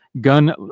gun